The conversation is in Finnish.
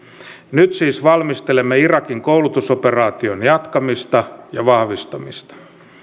nyt siis valmistelemme irakin koulutusoperaation jatkamista ja vahvistamista